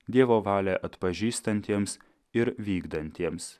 dievo valią atpažįstantiems ir vykdantiems